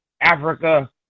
Africa